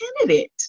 candidate